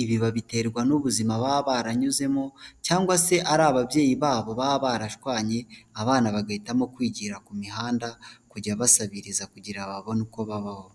ibi babiterwa n'ubuzima baba baranyuzemo cyangwa se ari ababyeyi babo baba barashwanye, abana bagahitamo kwigira ku mihanda, kujya basabiriza kugira ngo babone uko babaho.